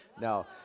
no